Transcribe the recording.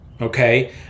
okay